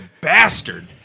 bastard